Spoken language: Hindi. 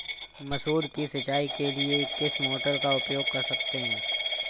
मसूर की सिंचाई के लिए किस मोटर का उपयोग कर सकते हैं?